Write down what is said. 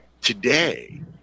Today